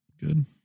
Good